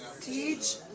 Teach